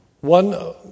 One